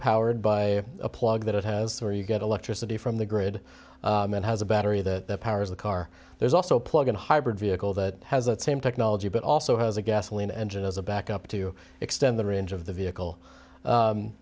powered by a plug that it has where you get electricity from the grid and has a battery that powers the car there's also a plug in hybrid vehicle that has that same technology but also has a gasoline engine as a backup to extend the range of the vehicle